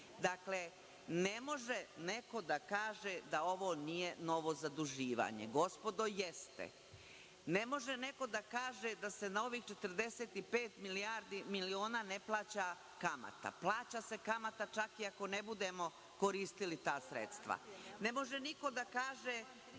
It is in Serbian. ne može neko da kaže da ovo nije novo zaduživanje. Gospodo, jeste. Ne može neko da kaže da se na ovih 45 miliona ne plaća kamata. Plaća se kamata čak i ako ne budemo koristili ta sredstva. Ne može niko da kaže